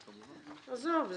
עזוב,